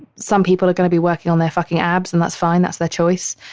some people are going to be working on their fucking abs and that's fine. that's their choice.